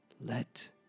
Let